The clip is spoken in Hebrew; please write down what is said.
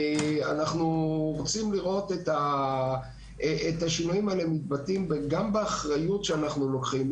אנחנו רוצים לראות את השינויים האלה מתבטאים גם באחריות שאנחנו לוקחים.